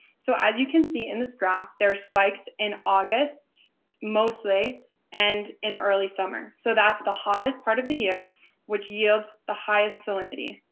so as you can see in this graph there are spikes in august mostly and in early summer. so that's the hottest part of the year which yields the highest salinity.